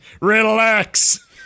Relax